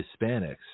Hispanics